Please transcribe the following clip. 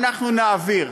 אמרתם: אנחנו נעביר,